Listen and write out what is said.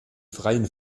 freien